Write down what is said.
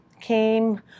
came